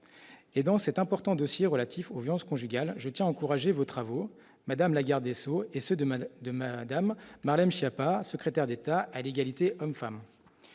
et dans cet important dossier relatif aux violences conjugales je tiens encourager vos travaux, madame Lagarde Esso et se de, de Madame, Marlène Schiappa, secrétaire d'État à l'égalité femme